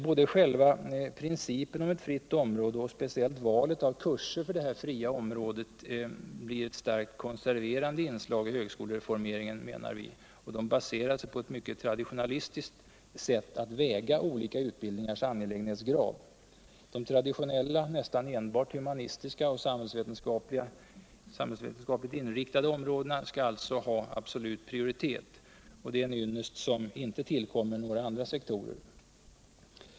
Både själva principen om ett frit område och speciellt valet av kurser för detta friu område blir ett starkt konserverande instag i högskolereformeringen och baseras på ett mycket traditionalistiskt sätt att väga olika utbildningars angelägenhetsgrad. De traditionella, nästan enbart humanistiskt och samhällsvetenskapligt inriktade områdena skall alltså ha absolut prioritet. en ynnest som inte tillkommer några andra sektorer.